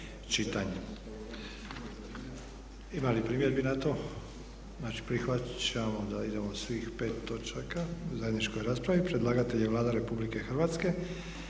br. 39; Ima li primjedbi na to? Znači, prihvaćamo da idemo svih pet točaka u zajedničkoj raspravi. Predlagatelj je Vlada Republike Hrvatske